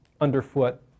underfoot